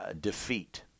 defeat